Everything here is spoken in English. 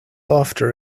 after